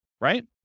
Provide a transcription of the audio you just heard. right